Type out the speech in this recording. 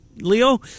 Leo